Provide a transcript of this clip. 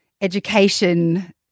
education